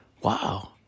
Wow